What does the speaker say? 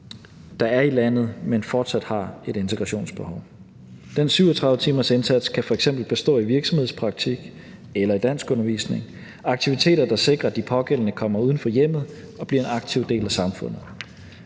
der er i landet, men fortsat har et integrationsbehov. Den 37-timersindsats kan f.eks. bestå i virksomhedspraktik eller i danskundervisning, altså aktiviteter, der sikrer, at de pågældende kommer uden for hjemmet og bliver en aktiv del af samfundet.